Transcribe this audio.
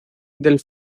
del